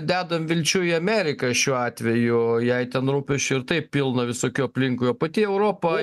dedam vilčių į ameriką šiuo atveju jai ten rūpesčių ir taip pilna visokių aplinkui o pati europa